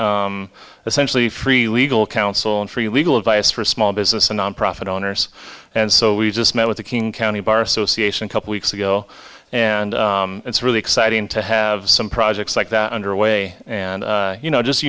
essentially free legal counsel and free legal advice for a small business a nonprofit owners and so we've just met with the king county bar association couple weeks ago and it's really exciting to have some projects like that underway and you know just